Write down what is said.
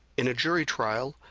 in a jury trial,